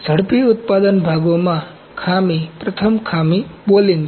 ઝડપી ઉત્પાદન ભાગોમાં ખામી પ્રથમ ખામી બોલિંગ છે